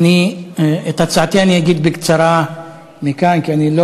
את הצעתי אגיד בקצרה מכאן כי אני לא